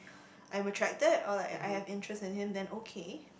I'm attracted or like I have interest in him then okay